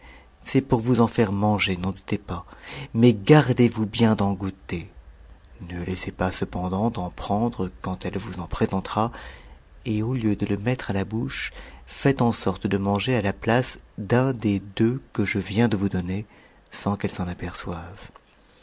c'est pour vous en faire manger n'en doutez pas ma s gardez-vous bien d'en goûter ne laissez pas cependant d'en prendre quand elle vous en présentera et au lieu de le mettre à la bouche faites en sorte de manger à la place d'un des deux que je viens de vous donner sans qu'elle s'en aperçoive